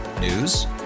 News